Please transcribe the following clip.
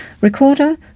Recorder